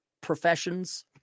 professions